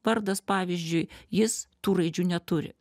vardas pavyzdžiui jis tų raidžių neturi